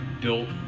built